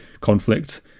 conflict